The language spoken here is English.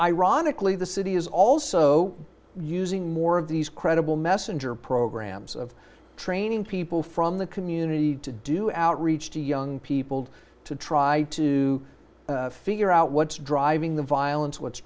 ironically the city is also using more of these credible messenger programs of training people from the community to do outreach to young people to try to figure out what's driving the violence what's